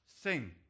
Sing